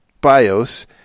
BIOS